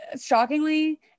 shockingly